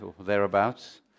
thereabouts